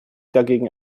dagegen